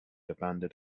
abandoned